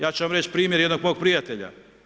Ja ću vam reći primjer jednog mog prijatelja.